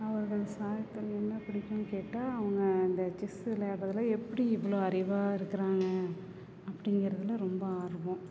அவரோட சாதனை என்ன பிடிக்குனு கேட்டால் அவங்க அந்த செஸ் விளையாடுறதுல எப்படி இவ்வளோ அறிவாக இருக்கிறாங்க அப்படிங்கிறதுல ரொம்ப ஆர்வம்